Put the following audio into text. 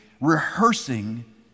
rehearsing